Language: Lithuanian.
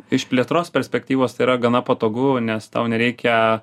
iš plėtros perspektyvos tai yra gana patogu nes tau nereikia